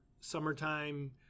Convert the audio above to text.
summertime